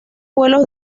vuelos